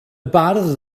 bardd